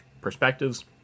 perspectives